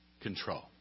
control